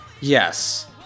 Yes